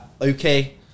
okay